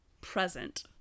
present